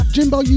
Jimbo